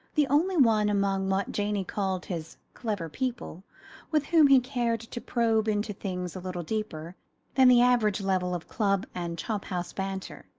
the only one among what janey called his clever people with whom he cared to probe into things a little deeper than the average level of club and chop-house banter.